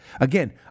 again